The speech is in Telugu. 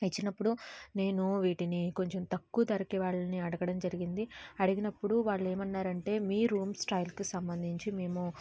ఇచ్చినప్పుడు నేను వీటిని కొంచెం తక్కువ ధరకి వాళ్ళని అడగడం జరిగింది అడిగినప్పుడు వాళ్ళు ఏమన్నారంటే మీ రూమ్ స్టైల్కి సంబంధించి మేము